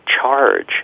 charge